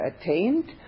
attained